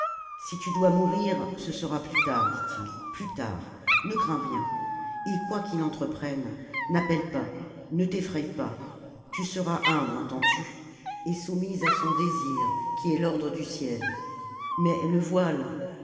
si tu dois mourir ce sera plus tard dit-il plus tard ne crains rien et quoi qu'il entreprenne n'appelle pas ne t'effraye pas tu seras humble entends-tu et soumise à son désir qui est l'ordre du ciel mais le voile